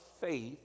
faith